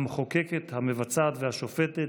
המחוקקת, המבצעת והשופטת,